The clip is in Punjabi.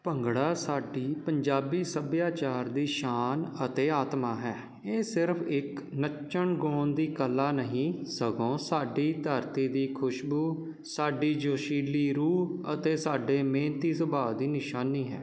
ਭੰਗੜਾ ਸਾਡੀ ਪੰਜਾਬੀ ਸੱਭਿਆਚਾਰ ਦੀ ਸ਼ਾਨ ਅਤੇ ਆਤਮਾ ਹੈ ਇਹ ਸਿਰਫ ਇੱਕ ਨੱਚਣ ਗਾਉਣ ਦੀ ਕਲਾ ਨਹੀਂ ਸਗੋਂ ਸਾਡੀ ਧਰਤੀ ਦੀ ਖੁਸ਼ਬੂ ਸਾਡੀ ਜੋਸ਼ੀਲੀ ਰੂਹ ਅਤੇ ਸਾਡੇ ਮਿਹਨਤੀ ਸੁਭਾਹ ਦੀ ਨਿਸ਼ਾਨੀ ਹੈ